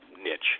niche